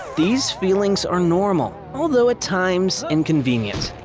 these feelings are normal, although at times inconvenient.